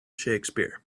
shakespeare